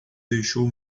deixou